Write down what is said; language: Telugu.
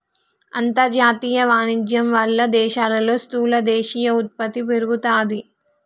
అంతర్జాతీయ వాణిజ్యం వాళ్ళ దేశాల్లో స్థూల దేశీయ ఉత్పత్తి పెరుగుతాది